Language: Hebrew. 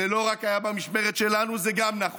זה לא רק במשמרת שלנו, גם זה נכון.